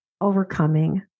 overcoming